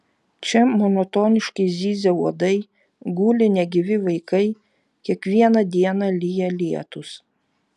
čia monotoniškai zyzia uodai guli negyvi vaikai kiekvieną dieną lyja lietūs